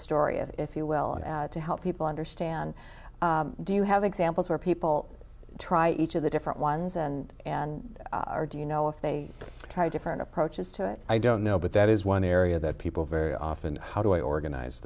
story if you will to help people understand do you have examples where people try each of the different ones and and do you know if they try different approaches to it i don't know but that is one area that people very often how do i organize